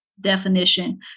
definition